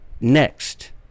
Next